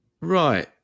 Right